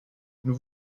nous